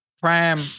Prime